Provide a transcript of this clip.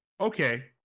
Okay